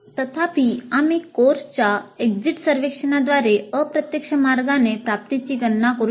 तथापि आम्ही course exit सर्व्हेक्षणाद्वारे अप्रत्यक्ष मार्गाने प्राप्तीची गणना करू शकतो